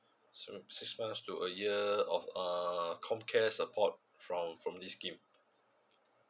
so six month to a year of um comcare support from from this scheme